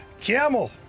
Camel